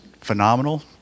phenomenal